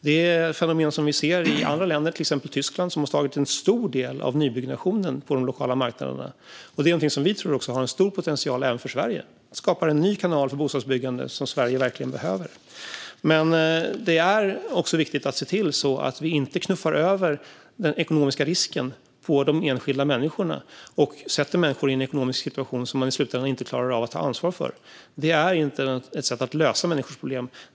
Det är ett fenomen som vi ser i andra länder, till exempel i Tyskland, som har tagit en stor del av nybyggnationen på de lokala marknaderna. Det är någonting som vi också tror har en stor potential även för Sverige. Det skapar en ny kanal för bostadsbyggande som Sverige verkligen behöver. Men det är också viktigt att se till att vi inte knuffar över den ekonomiska risken på de enskilda människorna och sätter människorna i en ekonomisk situation som de i slutändan inte klarar av att ta ansvar för. Det är inte ett sätt att lösa människors problem.